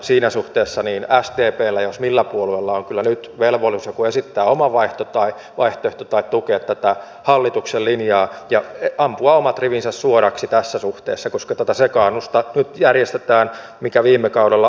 siinä suhteessa sdpllä jos jollakin puolueella on kyllä nyt velvollisuus joko esittää oma vaihtoehto tai tukea tätä hallituksen linjaa ja ampua omat rivinsä suoraksi tässä suhteessa koska nyt järjestetään tätä sekaannusta mikä viime kaudella aiheutui